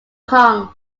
kong